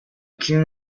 king